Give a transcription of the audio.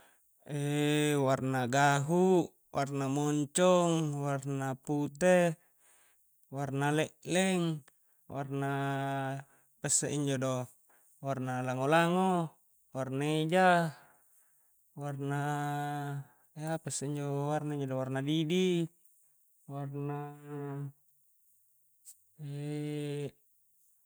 warna gahu, warna moncong, warna pute, warna le'leng, warnaaa apa isse injo do warna lango-lango, warna eja, warnaa apa isse injo warna injo do warna didi, warna